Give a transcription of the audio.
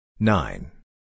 Nine